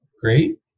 great